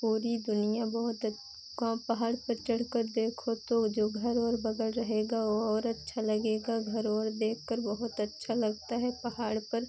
पूरी दुनिया बहुत को पहाड़ पर चढ़कर देखो तो जो घर वर बगल रहेगा वह और अच्छा लगेगा घर वर देखकर बहुत अच्छा लगता है पहाड़ पर